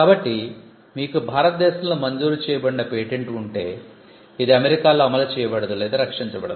కాబట్టి మీకు భారతదేశంలో మంజూరు చేయబడిన పేటెంట్ ఉంటే ఇది అమెరికాలో అమలు చేయబడదు లేదా రక్షించబడదు